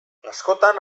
askotan